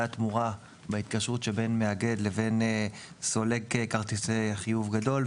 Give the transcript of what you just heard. התמורה בהתקשרות שבין מאגד לבין סולק כרטיסי החיוב גדול.